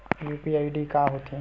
UPI ID का होथे?